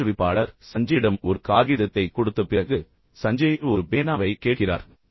பயிற்றுவிப்பாளர் சஞ்சயிடம் ஒரு காகிதத்தைக் கொடுத்த பிறகு சஞ்சய் அவரிடம் ஒரு பேனாவைக் கொடுக்கச் சொல்கிறார்